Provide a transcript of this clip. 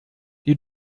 die